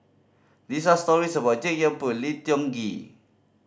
this are stories about Jek Yeun Thong Lim Tiong Ghee